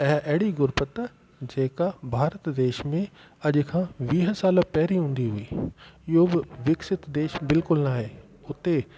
ऐं अहिड़ी गुरबत जेका भारत देश में अॼु खां वीह साल पहिरियों हूंदी हुई इहो बि विकसित देश बिल्कुल न आहे हुते